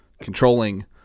controlling –